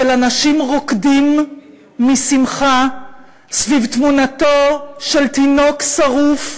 של אנשים רוקדים בשמחה סביב תמונתו של תינוק שרוף.